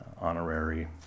honorary